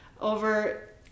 over